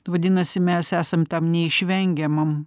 vadinasi mes esam tam neišvengiamam